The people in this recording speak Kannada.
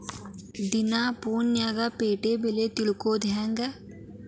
ದಿನಾ ಫೋನ್ಯಾಗ್ ಪೇಟೆ ಬೆಲೆ ತಿಳಿಯೋದ್ ಹೆಂಗ್?